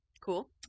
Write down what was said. Cool